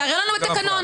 תראה לנו את התקנון.